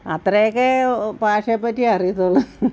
അത്രയൊക്കെയേ ഭാഷയെ പറ്റി അറിയത്തുള്ളൂ